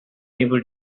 able